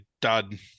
dud